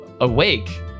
awake